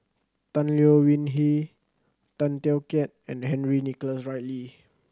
Tan Leo Wee Hin Tay Teow Kiat and Henry Nicholas Ridley